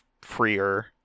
freer